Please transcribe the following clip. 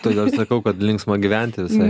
todėl ir sakau kad linksma gyventi visai